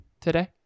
today